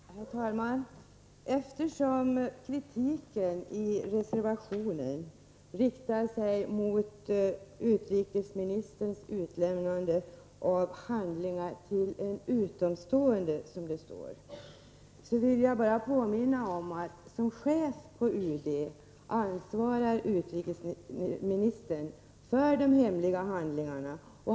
Herr talman! Eftersom kritiken i reservationen riktar sig mot utrikesministerns utlämnande av handlingar ”till en utomstående”, som det står, vill jag bara påminna om att utrikesministern som chef för UD ansvarar för de hemliga handlingarna.